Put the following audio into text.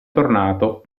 tornato